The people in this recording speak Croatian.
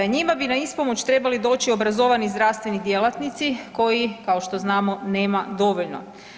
Njima bi na ispomoć trebali doći obrazovani zdravstveni djelatnici kojih kao što znamo nema dovoljno.